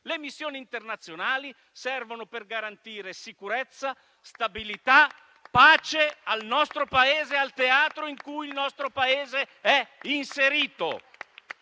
le missioni internazionali servono per garantire sicurezza, stabilità e pace al nostro Paese e al teatro in cui è inserito.